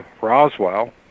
Roswell